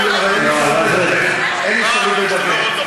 אין לי אפשרות לדבר.